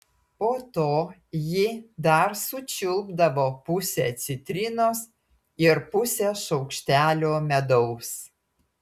po to ji dar sučiulpdavo pusę citrinos ir pusę šaukštelio medaus